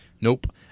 Nope